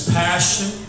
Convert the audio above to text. passion